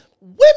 Women